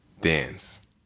dance